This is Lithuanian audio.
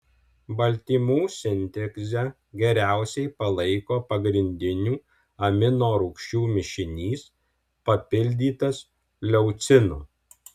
baltymų sintezę geriausiai palaiko pagrindinių aminorūgščių mišinys papildytas leucinu